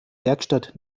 werkstatt